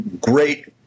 great